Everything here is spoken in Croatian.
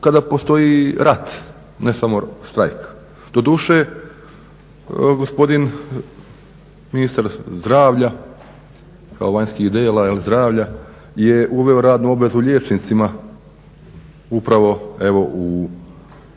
kada postoji rat, ne samo štrajk. Doduše, gospodin ministar zdravlja … zdravlja je uveo radnu obvezu liječnicima upravo evo